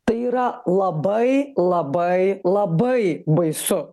tai yra labai labai labai baisu